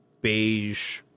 beige